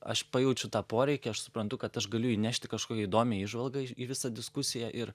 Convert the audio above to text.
aš pajaučiu tą poreikį aš suprantu kad aš galiu įnešti kažkokią įdomią įžvalgą į į visą diskusiją ir